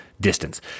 distance